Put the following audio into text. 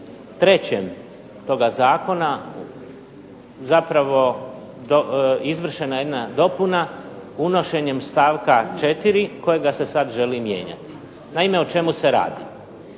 3. toga zakona, zapravo izvršena jedna dopuna, unošenjem stavka 4. kojega se sad želi mijenjati. Naime o čemu se radi.